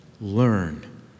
Learn